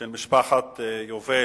של משפחת יובל,